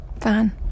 Fine